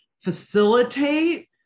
facilitate